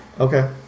Okay